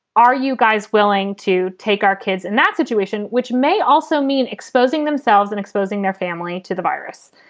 are you guys willing to take our kids in and that situation, which may also mean exposing themselves and exposing their family to the virus.